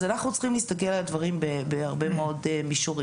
אז אנחנו צריכים להסתכל על הדברים בהרבה מאוד מישורים.